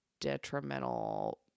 detrimental